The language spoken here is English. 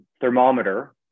thermometer